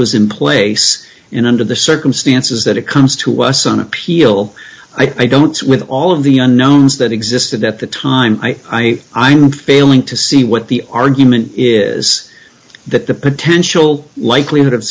was in place in under the circumstances that it comes to us on appeal i don't with all of the unknowns that existed at the time i i'm failing to see what the argument is that the potential likelihood of